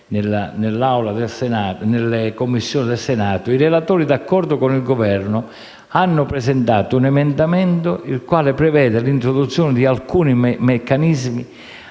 in discussione nelle Commissioni del Senato, i relatori, d'accordo con il Governo, hanno presentato un emendamento che prevede l'introduzione di alcuni meccanismi